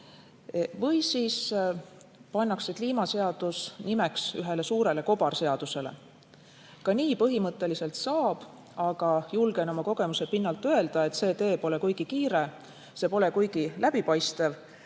– või pannakse kliimaseadus nimeks ühele suurele kobarseadusele. Ka nii põhimõtteliselt saab, aga julgen oma kogemuse pinnalt öelda, et see tee pole kuigi kiire, see pole kuigi läbipaistev